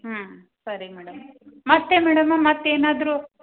ಹ್ಞೂ ಸರಿ ಮೇಡಂ ಮತ್ತೆ ಮೇಡಂ ಮತ್ತೆ ಏನಾದರು